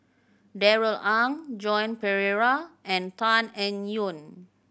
Darrell Ang Joan Pereira and Tan Eng Yoon